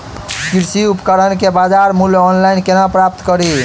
कृषि उपकरण केँ बजार मूल्य ऑनलाइन केना प्राप्त कड़ी?